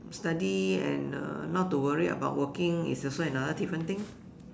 study and uh not to worry about working is also another different thing